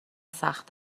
سخت